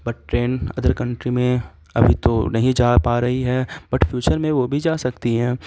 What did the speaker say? but train other country میں ابھی تو نہیں جا پا رہی ہے بٹ فیوچر میں وہ بھی جا سکتی ہیں